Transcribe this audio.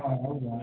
ಹಾಂ ಹೌದಾ